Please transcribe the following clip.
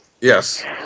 Yes